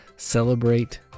celebrate